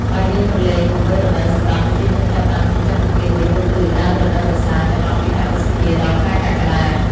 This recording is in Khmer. បើយើងក្រឡេកមកមើលរដូវសម្រាប់ប្រជាជនចាប់ផ្តើមចិញ្ចឹមបង្គាវិញនោះគឺ ដើមរដូវវស្សា ចន្លោះពីខែឧសភា ដល់ ខែកក្កដា។